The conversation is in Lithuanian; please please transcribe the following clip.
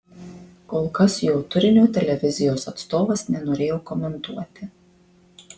kol kas jo turinio televizijos atstovas nenorėjo komentuoti